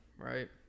right